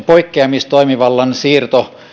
poikkeamistoimivallan siirto